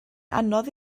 anodd